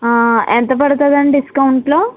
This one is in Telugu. ఎంత పడుతుందండి డిస్కౌంట్లో